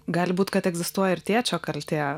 gali būt kad egzistuoja ir tėčio kaltė